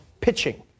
pitching